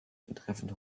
betreffend